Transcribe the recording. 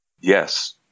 yes